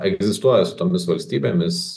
egzistuoja su tomis valstybėmis